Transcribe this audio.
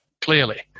clearly